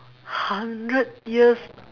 hundred years